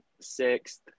sixth